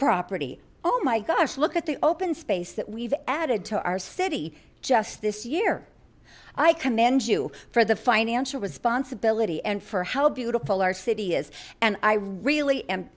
property oh my gosh look at the open space that we've added to our city just this year i commend you for the financial responsibility and for how beautiful our city is and i really am